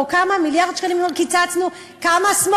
או כמה?